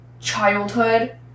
childhood